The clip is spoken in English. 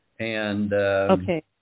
Okay